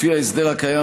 לפי ההסדר הקיים,